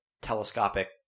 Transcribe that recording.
telescopic